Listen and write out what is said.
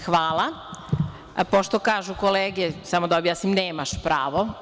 Hvala, pošto kažu kolege, samo da objasnim, nemaš pravo.